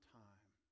time